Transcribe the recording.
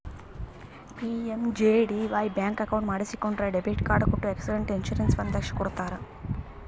PMJDY bank account ಮಾಡಿಸಿಕೊಂಡ್ರ debit card ಕೊಟ್ಟು accident insurance ಒಂದ್ ಲಕ್ಷ ಕೊಡ್ತಾರ್